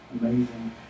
amazing